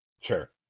sure